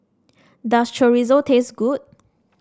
does Chorizo taste good